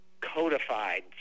codified